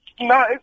No